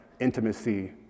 intimacy